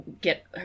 get